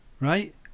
right